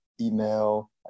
email